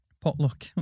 Potluck